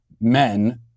men